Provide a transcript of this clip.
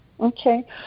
Okay